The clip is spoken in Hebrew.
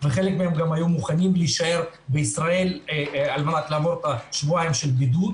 חלק מהם גם היו מוכנים להישאר בישראל ולעבור שבועיים של בידוד